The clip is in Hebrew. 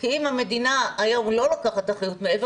כי אם המדינה היום לא לוקחת אחריות מעבר